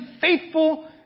faithful